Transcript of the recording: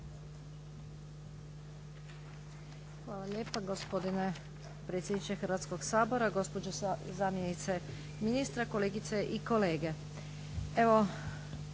Hvala lijepa gospodine predsjedniče Hrvatskog sabora. Gospođo zamjenice ministra, kolegice i kolege.